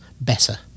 better